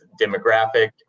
demographic